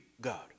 God